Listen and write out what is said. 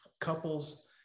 couples